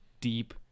deep